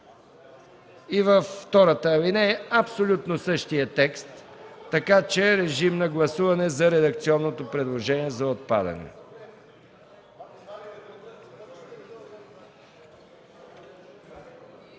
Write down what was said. Във втората алинея – абсолютно същият текст. Режим на гласуване за редакционното предложение за отпадане.